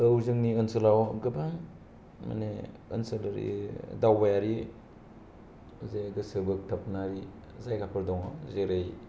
औ जोंनि ओनसोलाव गोबां माने ओनसोल ओरै दावबायारि एसे गोसो बोखथाब नाय जायगाफोर दङ जेरै